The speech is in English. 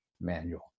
manual